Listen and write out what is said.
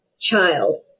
child